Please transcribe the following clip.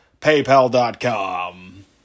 paypal.com